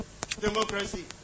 democracy